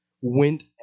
went